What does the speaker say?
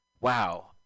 Wow